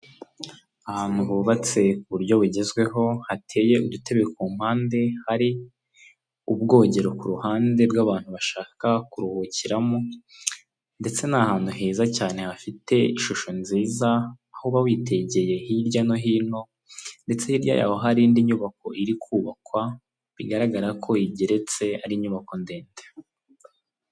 Ahantu hubatse ku buryo bugezweho hateye udutebe ku mpande hari ubwogero ku ruhande rw'abantu bashaka kuruhukiramo, ndetse ni ahantu heza cyane hafite ishusho nziza aho uba witegeye hirya no hino ndetse hirya yaho hari indi nyubako iri kubakwa bigaragara ko igeretse ari inyubako ndende.